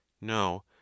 no